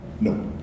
No